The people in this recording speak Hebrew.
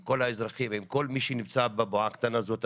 עם כל האזרחים ועם כל מי שנמצא בבועה הקטנה הזאת,